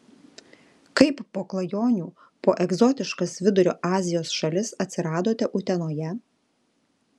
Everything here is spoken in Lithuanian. kaip po klajonių po egzotiškas vidurio azijos šalis atsiradote utenoje